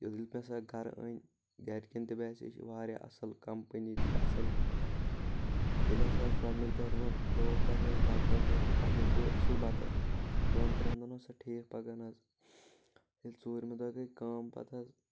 ییٚلہِ مےٚ سۄ گرٕ أنۍ گرِکٮ۪ن تہِ باسے یہِ چھِ واریاہ اَصل کمپٔنی تہِ چھ اَصل ییٚلہِ ہسا اَسہِ گۄڈٕنِکۍ دۄہ روٚن لوگ تَتھ منٛز بتہٕ وَتہٕ تتھ منٛز گوٚو اَصل بتہٕ دۄن تریٚن دۄہن اوس سُہ ٹھیٖک پکان حظ ییٚلہِ ژوٗرمہِ دۄہ گٔے کأم پتہٕ حظ